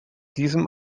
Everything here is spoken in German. diesem